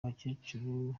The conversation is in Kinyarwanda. abakecuru